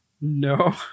No